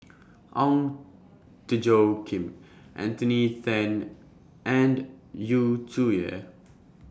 Ong Tjoe Kim Anthony Then and Yu Zhuye